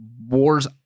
wars